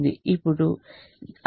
ఇప్పుడు i1 2 3